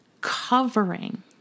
covering